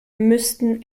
müssten